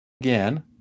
Again